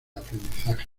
aprendizaje